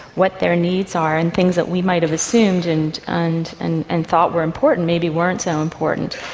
what their needs are, and things that we might have assumed and and and and thought were important maybe weren't so important.